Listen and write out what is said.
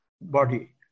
body